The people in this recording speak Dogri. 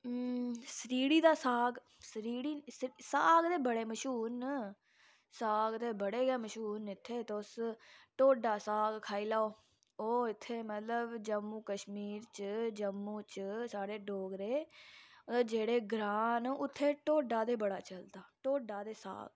सरीढ़ी दा साग सरीढ़ी साग ते बड़े मश्हूर न साग ते बड़े गै मशहूर न इत्थे तुस टोड्डा साग खाई लाओ ओह् इत्थे मतलव जम्मू कश्मीर च जम्मू च साढ़े डोगरे जेह्ड़े ग्रांऽ न उत्थें टोड्डा ते बड़ा चलदा टोड्डा ते साग